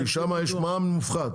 כי שם יש מע"מ מופחת.